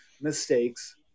mistakes